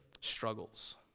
struggles